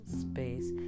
space